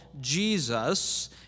Jesus